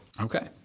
Okay